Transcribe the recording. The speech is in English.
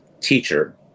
teacher